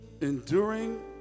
Enduring